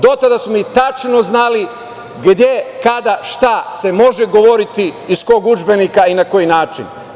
Do tada smo tačno znali gde, kada, šta se može govoriti, iz kog udžbenika i na koji način.